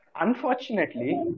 unfortunately